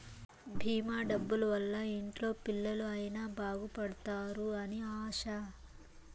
భీమా డబ్బుల వల్ల ఇంట్లో పిల్లలు అయిన బాగుపడుతారు అని ఆశ